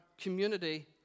community